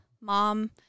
mom